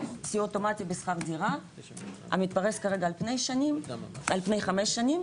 אוטומטי בשכר דירה המתפרש כרגע על פני חמש שנים.